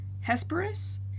Hesperus